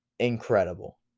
incredible